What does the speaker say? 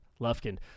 Lufkin